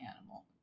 animal